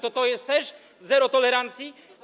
To to jest też zero tolerancji?